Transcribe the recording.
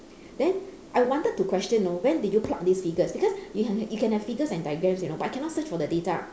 then I wanted to question know when did you pluck this figures because you can you can have figures and diagrams you know but I cannot search for the data